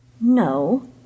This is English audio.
No